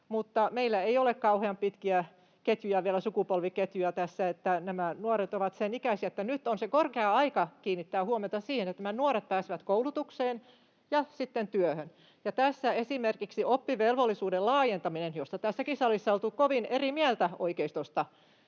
meillä ei ole kauhean pitkiä sukupolviketjuja tässä. Nämä nuoret ovat sen ikäisiä, että nyt on se korkea aika kiinnittää huomiota siihen, että nämä nuoret pääsevät koulutukseen ja sitten työhön, ja tässä esimerkiksi oppivelvollisuuden laajentaminen — josta tässäkin salissa on oltu kovin eri mieltä oikeistosta